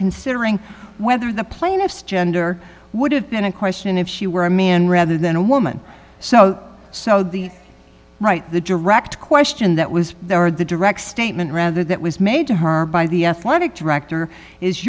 considering whether the plaintiff's gender would have been a question if she were a man rather than a woman so so the right the direct question that was there or the direct statement rather that was made to her by the logic director is